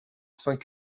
cinq